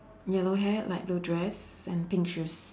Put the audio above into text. yellow hair light blue dress and pink shoes